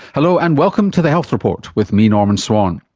hello and welcome to the health report with me, norman swan.